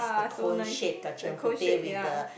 the cone shape kacang puteh with the